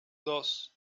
dos